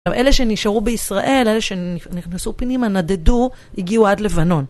אלה שנשארו בישראל, אלה שנכנסו פנימה, נדדו, הגיעו עד לבנון.